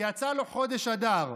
ויצא לו חודש אדר.